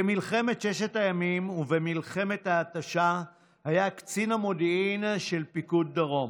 במלחמת ששת הימים ובמלחמת ההתשה היה קצין המודיעין של פיקוד דרום.